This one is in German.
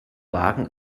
wagen